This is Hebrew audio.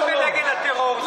ונגד הטרור.